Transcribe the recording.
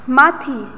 माथि